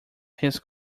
his